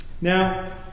Now